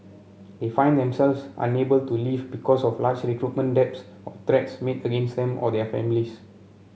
they find themselves unable to leave because of large recruitment debts or threats made against them or their families